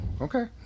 Okay